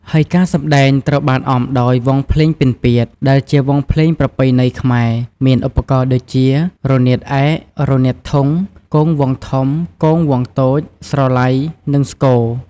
ហើយការសម្តែងត្រូវបានអមដោយ វង់ភ្លេងពិណពាទ្យ ដែលជាវង់ភ្លេងប្រពៃណីខ្មែរ មានឧបករណ៍ដូចជា រនាតឯក រនាតធុង គងវង់ធំ គងវង់តូច ស្រឡៃ និងស្គរ។